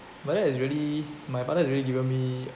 but that is really my father has really given me